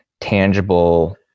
tangible